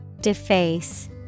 Deface